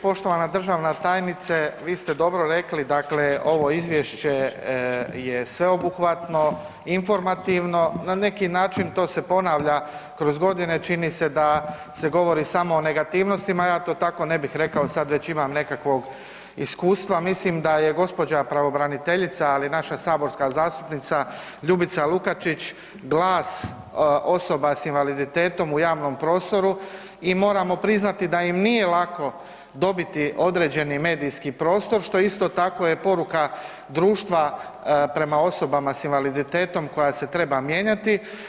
Poštovana državna tajnice, vi ste dobro rekli, dakle ovo izvješće je sveobuhvatno, informativno, na neki način to se ponavlja kroz godine, čini se da se govori samo o negativnostima, ja to tako ne bih rekao sad već imam nekakvog iskustva, mislim da je gđa. pravobraniteljica, ali i naša saborska zastupnica Ljubica Lukačić glas osoba s invaliditetom u javnom prostoru i moramo priznati da im nije lako dobiti određeni medijski prostor, što isto tako je poruka društva prema osobama s invaliditetom koja se treba mijenjati.